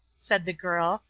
said the girl,